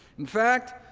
in fact,